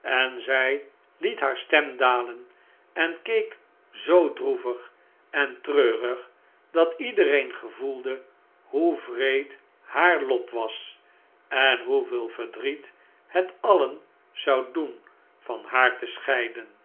en zij liet haar stem dalen en keek zoo droevig en treurig dat iedereen gevoelde hoe wreed haar lot was en hoeveel verdriet het alien zou doen van haar te scheiden